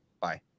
bye